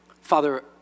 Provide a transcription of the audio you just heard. Father